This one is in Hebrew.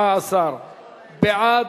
19 בעד.